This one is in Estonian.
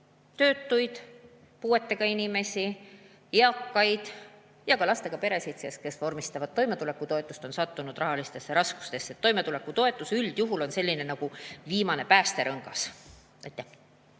töötuid, puuetega inimesi, eakaid ja ka lastega peresid, kes vormistavad toimetulekutoetuse, sest on sattunud rahalistesse raskustesse. Toimetulekutoetus on üldjuhul viimane päästerõngas.